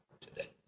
today